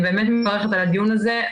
אני באמת מברכת על הדיון הזה,